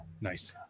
Nice